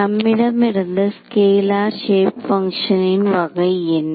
நம்மிடம் இருந்த ஸ்கேலார் க்ஷேப் பங்க்ஷனின் வகை என்ன